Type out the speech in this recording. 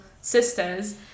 sisters